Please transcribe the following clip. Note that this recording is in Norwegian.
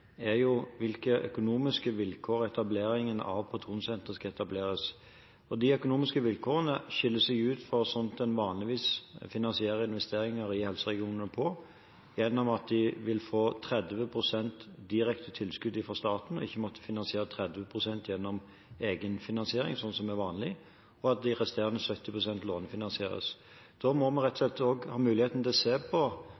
er hvilke økonomiske vilkår etableringen av protonsenter skal ha. De økonomiske vilkårene skiller seg fra slik en vanligvis finansierer investeringer i helseregionene, ved at de vil få 30 pst. i direkte tilskudd fra staten – de vil ikke måtte finansiere 30 pst. gjennom egenfinansiering, slik det er vanlig – og de resterende